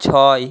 ছয়